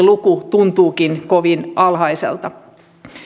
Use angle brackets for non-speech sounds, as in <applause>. <unintelligible> luku tuntuukin kovin alhaiselta